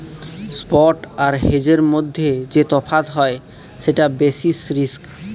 spot আর হেজের মধ্যে যে তফাৎ হয় সেটা বেসিস রিস্ক